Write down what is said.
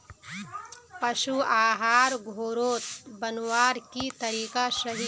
पशु आहार घोरोत बनवार की तरीका सही छे?